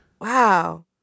Wow